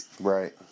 Right